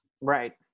Right